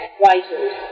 writers